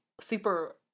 super